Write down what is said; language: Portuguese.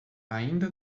ainda